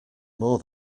more